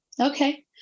okay